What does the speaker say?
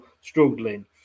struggling